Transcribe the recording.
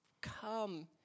come